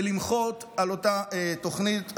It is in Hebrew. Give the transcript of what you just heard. ולמחות על אותה תוכנית,